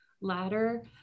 ladder